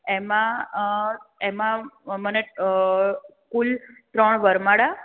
એમા એમા મને કુલ ત્રણ વરમાળા